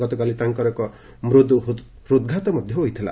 ଗତକାଲି ତାଙ୍କର ଏକ ମୃଦୁ ହୃଦ୍ଘାତ ହୋଇଥିଲା